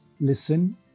Listen